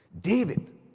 David